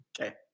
Okay